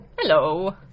hello